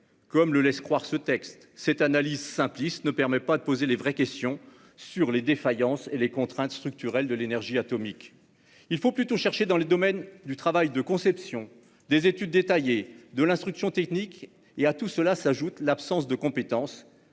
comme le laisse croire ce texte. Cette analyse simpliste ne permet pas de poser les vraies questions sur les défaillances et les contraintes structurelles de l'énergie atomique. Il faut plutôt chercher dans les domaines du travail de conception, des études détaillées, de l'instruction technique. À tout cela s'ajoute l'absence de compétences,